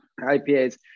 IPAs